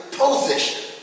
position